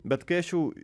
bet kai aš jau